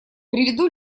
приведу